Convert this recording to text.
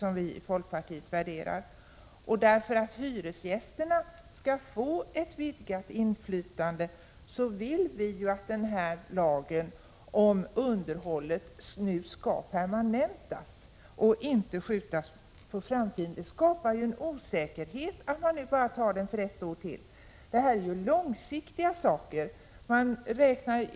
Och det är för att hyresgästerna skall få ett ökat inflytande som vi vill att denna lag om underhållet nu skall permanentas och inte skjutas på framtiden. Det skapar ju en osäkerhet att man nu bara beslutar om den för ett år till. Dessa frågor är ju av långsiktig karaktär.